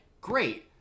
great